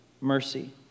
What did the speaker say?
mercy